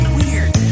weird